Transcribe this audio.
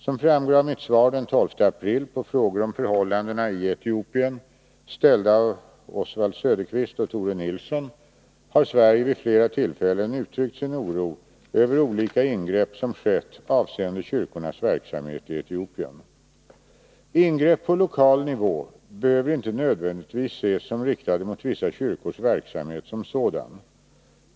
Som framgår av mitt svar den 12 april på frågor om förhållandena i Etiopien, ställda av Oswald Söderqvist och Tore Nilsson, har Sverige vid flera tillfällen uttryckt sin oro över olika ingrepp som skett avseende kyrkornas verksamhet i Etiopien. Ingrepp på lokal nivå behöver inte nödvändigtvis ses som riktade mot vissa kyrkors verksamhet som sådan.